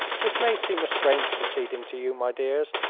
this may seem a strange proceeding to you, my dears,